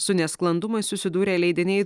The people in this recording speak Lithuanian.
su nesklandumais susidūrė leidiniai